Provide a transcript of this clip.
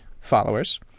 followers